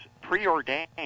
preordained